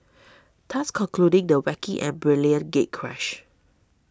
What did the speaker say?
thus concluding the wacky and brilliant gatecrash